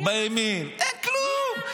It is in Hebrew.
אין כלום.